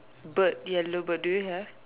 bird yellow bird do you have